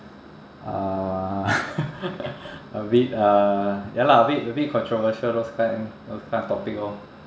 uh a bit uh ya lah a bit a bit controversial those kind those kind of topic orh